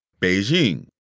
Beijing